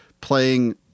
playing